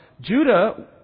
Judah